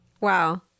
wow